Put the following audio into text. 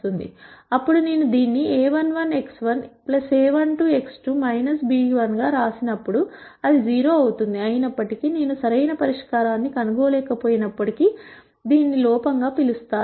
అప్పుడు నేను దీనిని a11x1 a12x2 b1 గా వ్రాసి నప్పుడు ఇది 0 అవుతుంది అయినప్పటికీ నేను సరైన పరిష్కారాన్ని కనుగొనలేకపోయినప్పుడు దీనిని లోపం గా పిలుస్తారు